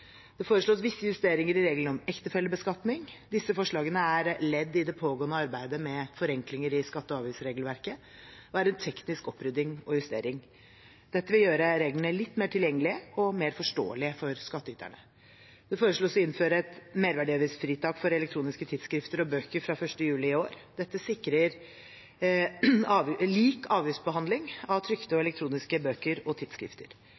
Det foreslås visse justeringer i reglene om ektefellebeskatning. Disse forslagene er ledd i det pågående arbeidet med forenklinger i skatte- og avgiftsregelverket, og er en teknisk opprydning og justering. Dette vil gjøre reglene litt mer tilgjengelige og mer forståelige for skattyterne. Det foreslås å innføre et merverdiavgiftsfritak for elektroniske tidsskrifter og bøker fra 1. juli i år. Dette sikrer lik avgiftsbehandling av trykte og elektroniske bøker og tidsskrifter.